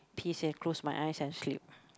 peace and close my eyes and sleep